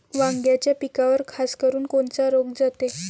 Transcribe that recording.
वांग्याच्या पिकावर खासकरुन कोनचा रोग जाते?